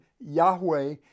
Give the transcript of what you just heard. Yahweh